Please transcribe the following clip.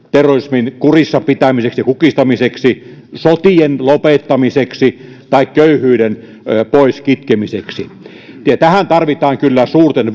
terrorismin kurissa pitämiseksi ja kukistamiseksi sotien lopettamiseksi tai köyhyyden pois kitkemiseksi ja tähän tarvitaan kyllä suurten